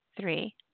three